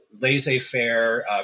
laissez-faire